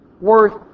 worth